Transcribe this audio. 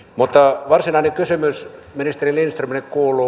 mutta varsinainen kysymys ministeri lindströmille kuuluu